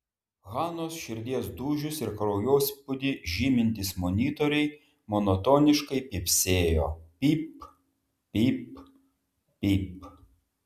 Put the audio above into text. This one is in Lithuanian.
hanos širdies dūžius ir kraujospūdį žymintys monitoriai monotoniškai pypsėjo pyp pyp pyp